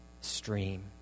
stream